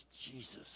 Jesus